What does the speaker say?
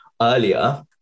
earlier